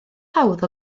hawdd